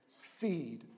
feed